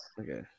Okay